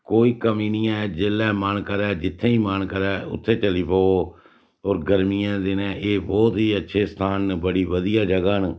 कोई कमी नी ऐ जेल्लै मन करै जित्थें बी मन करै उत्थें चली पवो होर गर्मियें दे दिनें एह् बोह्त ही अच्छे स्थान न बड़ी बधियै जगह् न